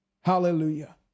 Hallelujah